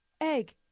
Egg